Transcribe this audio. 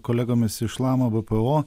kolegomis iš lama bpo